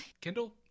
Kendall